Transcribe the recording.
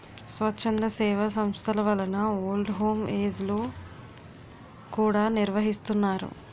స్వచ్ఛంద సేవా సంస్థల వలన ఓల్డ్ హోమ్ ఏజ్ లు కూడా నిర్వహిస్తున్నారు